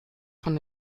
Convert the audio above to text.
von